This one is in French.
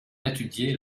étudier